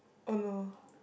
oh no